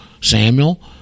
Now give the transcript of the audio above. samuel